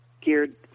geared